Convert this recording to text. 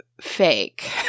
fake